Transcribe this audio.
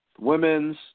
Women's